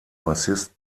bassist